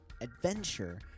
adventure